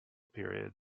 period